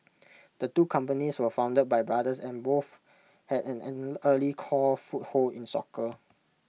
the two companies were founded by brothers and both had an an early core foothold in soccer